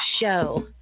show